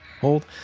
hold